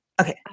Okay